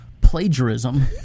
plagiarism